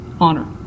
honor